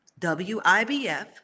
WIBF